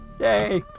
yay